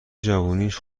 جوونیش